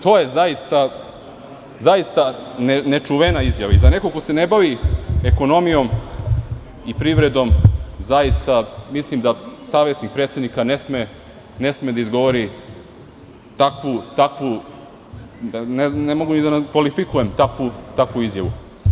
To je zaista nečuvena izjava, za nekog ko se ne bavi ekonomijom i privredom, zaista, mislim da savetnik predsednika ne sme da izgovori takvu, ne mogu ni da kvalifikuje, takvu izjavu.